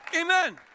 Amen